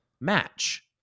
match